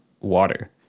water